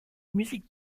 music